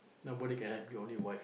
nobody can help you only wife